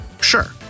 Sure